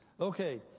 Okay